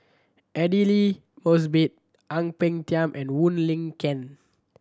Aidli Mosbit Ang Peng Tiam and Wong Lin Ken